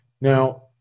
Now